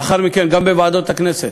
לאחר מכן גם בוועדות הכנסת,